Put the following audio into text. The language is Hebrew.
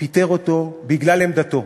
פיטר אותו בגלל עמדתו.